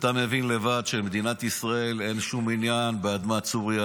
אתה מבין לבד שלמדינת ישראל אין שום עניין באדמת סוריה.